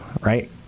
right